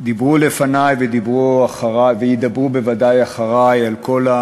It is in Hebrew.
דיברו לפני וידברו בוודאי אחרי על כל,